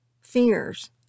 fears